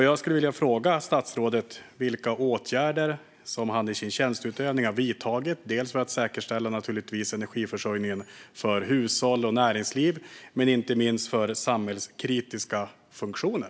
Jag skulle vilja fråga statsrådet vilka åtgärder han i sin tjänsteutövning har vidtagit för att säkerställa energiförsörjningen för hushåll, för näringslivet och - inte minst - för samhällskritiska funktioner.